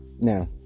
Now